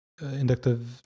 inductive